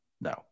No